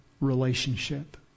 relationship